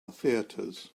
theatres